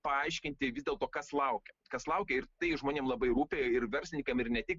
paaiškinti vis dėlto kas laukia kas laukia ir tai žmonėm labai rūpi ir verslininkam ir ne tik